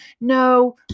No